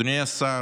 אדוני השר,